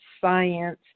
science